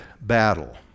battle